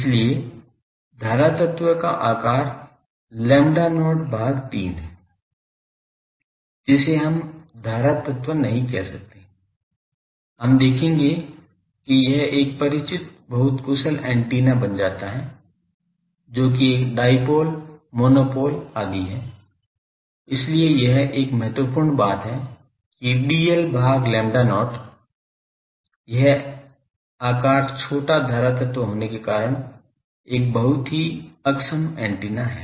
इसलिए धारा तत्व का आकार lambda not भाग 3 है जिसे हम धारा तत्व नहीं कह सकते हम देखेंगे कि यह एक परिचित बहुत कुशल ऐन्टेना बन जाता है जो कि एक डायपोल मोनोपोल आदि है इसलिए यह एक महत्वपूर्ण बात है कि dl भाग lambda not यह आकार छोटा धारा तत्व होने के कारण एक बहुत ही अक्षम एंटीना है